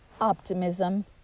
Optimism